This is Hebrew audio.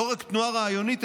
לא רק תנועה רעיונית,